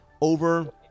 over